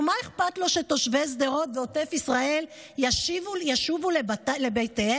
ומה אכפת לו שתושבי שדרות ועוטף ישראל ישובו לבתיהם